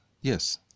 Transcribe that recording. Yes